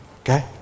okay